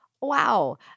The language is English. Wow